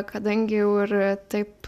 kadangi jau ir taip